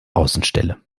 außenstelle